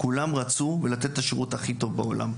כולם רצו לתת את השירות הכי טוב בעולם.